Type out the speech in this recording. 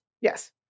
yes